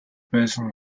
байсан